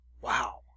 wow